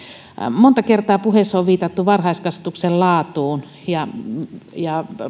monta kertaa puheissa on viitattu varhaiskasvatuksen laatuun ja ja